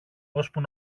ώσπου